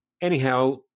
Anyhow